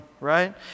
right